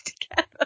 together